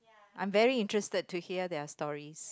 I'm very interested to hear their stories